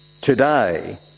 Today